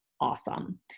awesome